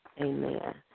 Amen